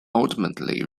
ultimately